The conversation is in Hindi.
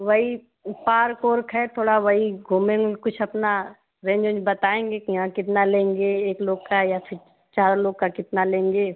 वही पार्क और है थोड़ा वही घूमेंगे कुछ अपना रेंज उंज बताएँगे कि यहाँ कितना लेंगे एक लोग का या चार लोग का कितना लेंगे